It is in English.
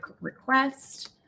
request